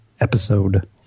episode